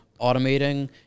automating